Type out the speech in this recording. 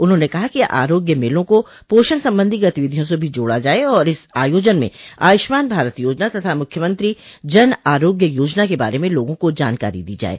उन्होंने कहा कि आरोग्य मेलों को पोषण संबंधी गतिविधियों से भी जोड़ा जाये और इस आयोजन में आयुष्मान भारत योजना तथा मुख्यमंत्री जन आरोग्य योजना के बारे में लोगों को जानकारी दी जाये